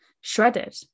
shredded